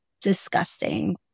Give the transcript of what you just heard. disgusting